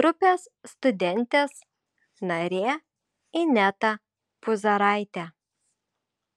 grupės studentės narė ineta puzaraitė